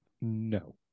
no